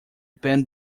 band